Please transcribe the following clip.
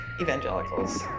Evangelicals